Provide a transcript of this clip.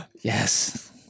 Yes